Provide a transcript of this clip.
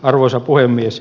arvoisa puhemies